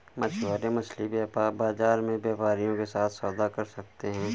मछुआरे मछली बाजार में व्यापारियों के साथ सौदा कर सकते हैं